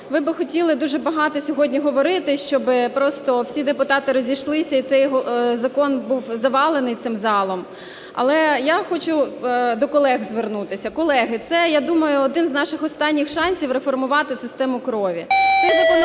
ви би хотіли дуже багато сьогодні говорити, щоб просто всі депутати розійшлися і цей закон був завалений цим залом. Але я хочу до колег звернутися. Колеги, це, я думаю, один з наших останніх шансів реформувати систему крові.